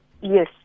Yes